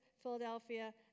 Philadelphia